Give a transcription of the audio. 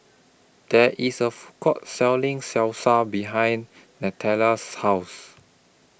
There IS A Food Court Selling Salsa behind Nataila's House